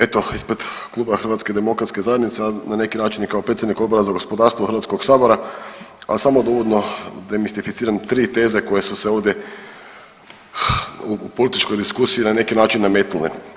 Eto ispred kluba Hrvatske demokratske zajednice a na neki način i kao predsjednik Odbora za gospodarstvo Hrvatskog sabora, ali samo da uvodno demistificiram tri teze koje su se ovdje u političkoj diskusiji na neki način nametnule.